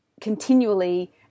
continually